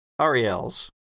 Ariel's